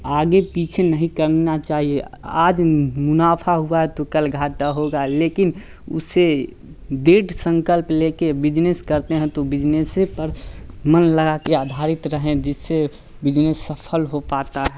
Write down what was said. आगे पीछे नहीं करना चाहिए आज नफ़ा हुआ है तो कल घाटा होगा लेकिन उसे दृढ़ संकल्प लेकर बिजनेस करते हैं तो बिजनेसे पर मन लगा कर आधारित रहें जिससे बिजनेस सफ़ल हो पाता है